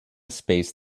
space